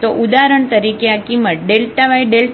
તેથી ઉદાહરણ તરીકે આ કિંમત y Δy